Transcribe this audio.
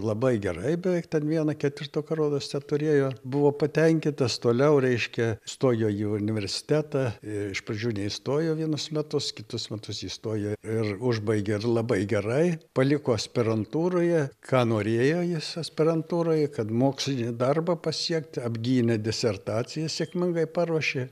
labai gerai beveik ten vieną ketvirtuką rodos teturėjo buvau patenkintas toliau reiškia stojo į universitetą ir iš pradžių neįstojo vienus metus kitus metus įstojo ir užbaigė labai gerai paliko aspirantūroje ką norėjo jis aspirantūroj kad mokslinį darbą pasiekti apgynė disertaciją sėkmingai paruošė